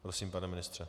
Prosím, pane ministře.